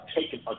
taken